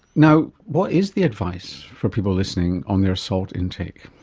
now, what is the advice for people listening, on their salt intake?